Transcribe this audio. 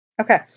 Okay